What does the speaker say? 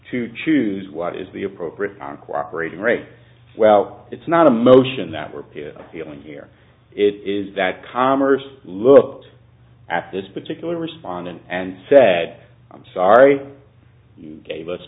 to choose what is the appropriate time co operating rate well it's not emotion that we're feeling here it is that commerce looked at this particular respondent and said i'm sorry you gave us